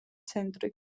ცენტრი